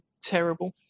terrible